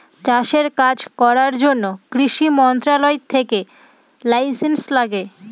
চাষের কাজ করার জন্য কৃষি মন্ত্রণালয় থেকে লাইসেন্স লাগে